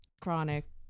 Chronic